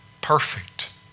perfect